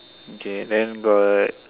okay then got